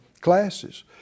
classes